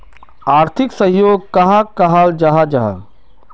आर्थिक सहयोग कहाक कहाल जाहा जाहा?